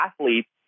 athletes